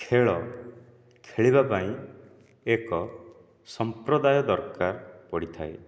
ଖେଳ ଖେଳିବା ପାଇଁ ଏକ ସମ୍ପ୍ରଦାୟ ଦରକାର ପଡ଼ିଥାଏ